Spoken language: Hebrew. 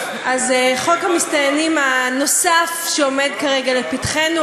אז חוק המסתננים הנוסף שעומד כרגע לפתחנו,